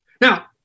Now